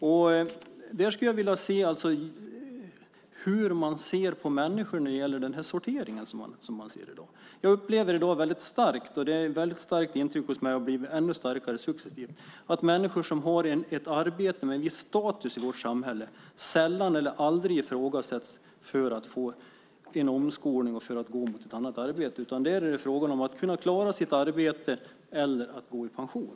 Jag skulle vilja veta hur man ser på den sortering av människor som vi ser i dag. Jag upplever i dag väldigt starkt, och det starka intrycket har blivit ännu starkare successivt, att människor som har ett arbete med en viss status i vårt samhälle sällan eller aldrig ifrågasätts för att få en omskolning eller för att gå till ett annat arbete. För andra är det fråga om att klara sitt arbete eller att gå i pension.